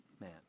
man